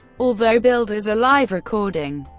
although billed as a live recording,